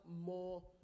more